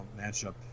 matchup